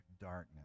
darkness